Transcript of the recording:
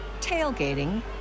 tailgating